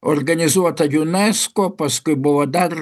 organizuota unesco paskui buvo dar